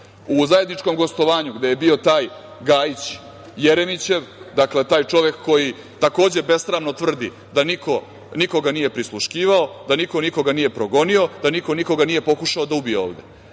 u zajedničkom gostovanju gde je bio taj Gajić Jeremićev, dakle taj čovek koji takođe besramno tvrdi da niko nikoga nije prisluškivao, da niko nikoga nije progonio, da niko nikoga nije pokušao da ubije ovde.